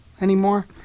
anymore